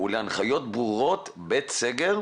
ולהנחיות ברורות בעת סגר.